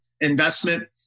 investment